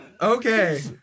Okay